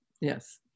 Yes